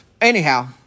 anyhow